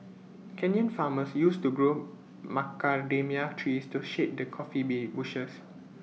Kenyan farmers used to grow macadamia trees to shade their coffee bee bushes